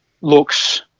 looks